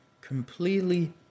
completely